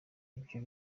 ibyo